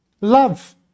love